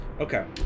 Okay